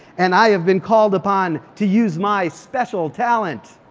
and i have been called upon to use my special talent.